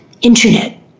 internet